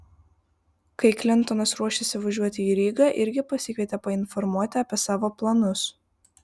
kai klintonas ruošėsi važiuoti į rygą irgi pasikvietė painformuoti apie savo planus